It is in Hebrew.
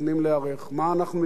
מה אנחנו מתכוונים לעשות?